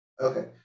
Okay